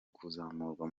kuzamurwa